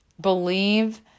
believe